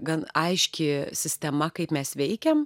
gan aiški sistema kaip mes veikiam